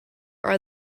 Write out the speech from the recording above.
are